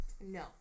No